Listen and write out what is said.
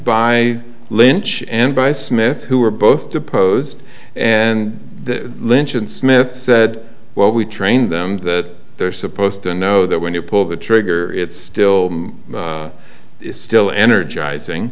by lynch and by smith who were both deposed and the lynch and smith said well we trained them that they're supposed to know that when you pull the trigger it's still it's still energizing